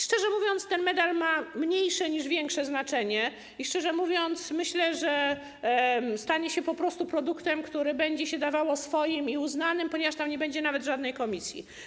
Szczerze mówiąc, ten medal ma mniejsze niż większe znaczenie i myślę, że stanie się po prostu produktem, który będzie się dawało swoim i uznanym, ponieważ tam nie będzie nawet żadnej komisji.